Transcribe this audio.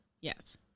Yes